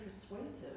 persuasive